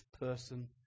person